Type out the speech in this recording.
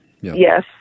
Yes